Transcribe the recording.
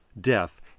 death